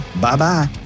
Bye-bye